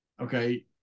Okay